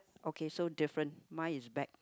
okay so different mine is bag